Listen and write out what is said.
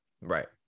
Right